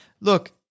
Look